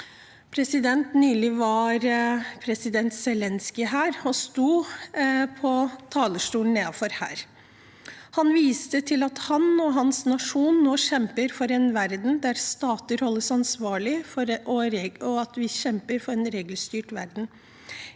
Nylig var president Zelenskyj her. Han sto på talerstolen her nede. Han viste til at han og hans nasjon nå kjemper for en verden der stater holdes ansvarlige, og at vi kjemper for en regelstyrt verden.